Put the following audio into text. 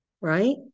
right